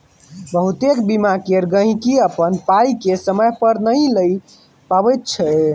बहुतेक बीमा केर गहिंकी अपन पाइ केँ समय पर नहि लए पबैत छै